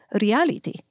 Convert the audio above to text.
reality